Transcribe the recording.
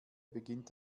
beginnt